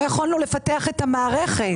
לא יכולנו לפתח את המערכת.